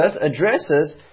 addresses